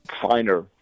finer